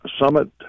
Summit